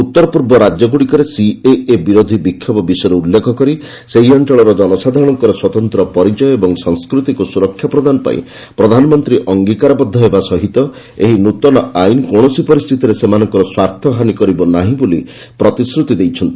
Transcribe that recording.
ଉତ୍ତରପୂର୍ବ ରାଜ୍ୟ ଗୁଡିକରେ ସିଏଏ ବିରୋଧୀ ବିକ୍ଷୋଭ ବିଷୟରେ ଉଲ୍ଲ୍ଲେଖକରି ସେହି ଅଞ୍ଚଳର ଜନସାଧାରଣଙ୍କର ସ୍ୱତନ୍ତ୍ର ପରିଚୟ ଓ ସଂସ୍କୃତିକୁ ସୁରକ୍ଷା ପ୍ରଦାନ ପାଇଁ ପ୍ରଧାନମନ୍ତ୍ରୀ ଅଙ୍ଗୀକାରବଦ୍ଧ ହେବା ସହିତ ଏହି ନ୍ତନ ଆଇନ କୌଣସି ପରିସ୍ଥିତିରେ ସେମାନଙ୍କର ସ୍ୱାର୍ଥ ହାନି କରିବ ନାହିଁ ବୋଲି ପ୍ରତିଶ୍ରତି ଦେଇଛନ୍ତି